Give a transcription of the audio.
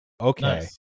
Okay